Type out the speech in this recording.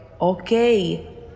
Okay